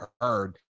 heard